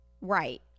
right